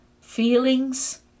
feelings